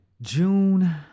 June